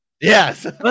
Yes